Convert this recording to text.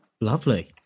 Lovely